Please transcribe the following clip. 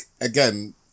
again